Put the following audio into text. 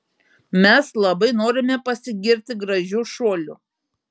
mes labai norime pasigirti gražiu šuoliu